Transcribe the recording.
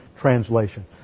translation